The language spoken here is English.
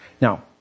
Now